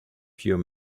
pure